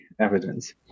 evidence